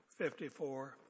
54